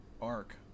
arc